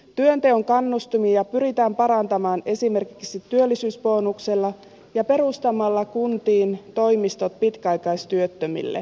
työnteon kannustimia pyritään parantamaan esimerkiksi työllisyysbonuksella ja perustamalla kuntiin toimistot pitkäaikaistyöttömille